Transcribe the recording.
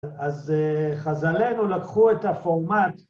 אז חז"לנו לקחו את הפורמט.